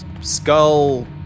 skull